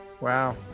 Wow